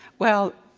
well,